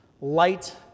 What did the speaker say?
light